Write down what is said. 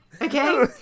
Okay